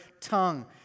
tongue